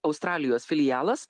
australijos filialas